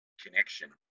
connection